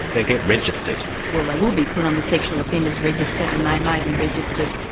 they get registered. well, they will be put on the sexual offenders register, and they may be registered,